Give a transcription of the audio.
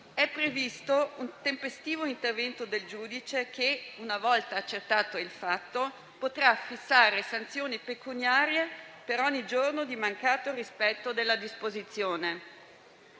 è previsto un tempestivo intervento del giudice, che, una volta accertato il fatto, potrà fissare sanzioni pecuniarie per ogni giorno di mancato rispetto della disposizione.